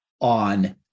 on